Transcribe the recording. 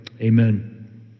Amen